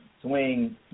swing